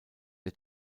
der